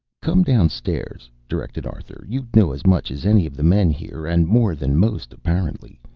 come down-stairs, directed arthur. you know as much as any of the men here, and more than most, apparently.